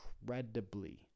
incredibly